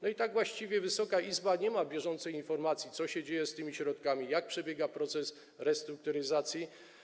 I tak właściwie Wysoka Izba nie ma bieżącej informacji, co się dzieje z tymi środkami, jak przebiega proces restrukturyzacji.